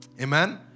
Amen